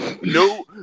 No